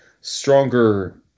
stronger